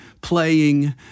playing